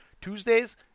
Tuesdays